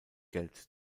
geld